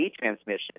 transmission